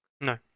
No